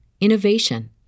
innovation